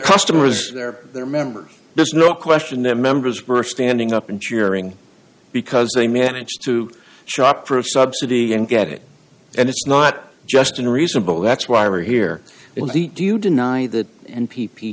customers there their members there's no question their members were standing up and cheering because they managed to shop for a subsidy and get it and it's not just unreasonable that's why we're here in the do you deny that n p p